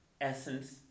essence